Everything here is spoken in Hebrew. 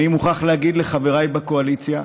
אני מוכרח להגיד לחבריי בקואליציה: